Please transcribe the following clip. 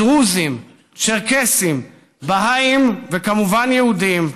דרוזים, צ'רקסים, בהאים וכמובן יהודים,